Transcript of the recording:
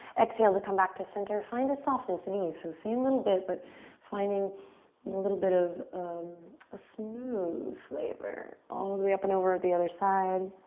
exhale to come back to center. find a softness, an and ease. so same little bit but finding and a little bit of um a smooth flavor all the way up and over the other side.